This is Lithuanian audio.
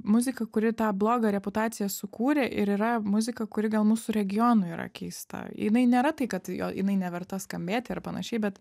muzika kuri tą blogą reputaciją sukūrė ir yra muzika kuri gal mūsų regionui yra keista jinai nėra tai kad jo jinai neverta skambėti ar panašiai bet